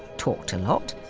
talked a lot,